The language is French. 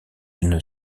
une